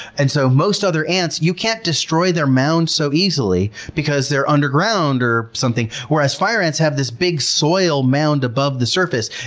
and so most other ants, you can't destroy their mounds so easily because they're underground or something, whereas fire ants have this big soil mound above the surface.